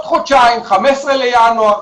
בעוד חודשיים 15 לינואר,